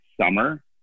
summer